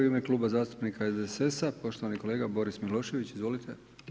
U ime Kluba zastupnika SDSS-a poštovani kolega Boris Milošević, izvolite.